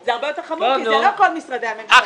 זה הרבה יותר חמור כי זה לא כל משרדי הממשלה,